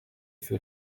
für